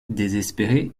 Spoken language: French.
désespéré